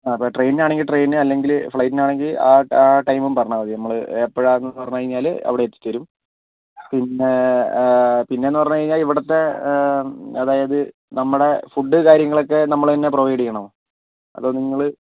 അപ്പോൾ ട്രെയിനിനാണെങ്കിൽ ട്രെയിൻ അല്ലെങ്കിൽ ഫ്ലൈറ്റിനാണെങ്കിൽ ആ ആ ടൈമും പറഞ്ഞാൽ മതി നമ്മൾ എപ്പോഴാണെന്ന് പറഞ്ഞുകഴിഞ്ഞാൽ അവിടെ എത്തിച്ചുതരും പിന്നെ പിന്നെ എന്ന് പറഞ്ഞുകഴിഞ്ഞാൽ ഇവിടുത്തെ അതായത് നമ്മുടെ ഫുഡ് കാര്യങ്ങളൊക്കെ നമ്മൾ തന്നെ പ്രൊവൈഡ് ചെയ്യണോ അതോ നിങ്ങൾ